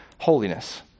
holiness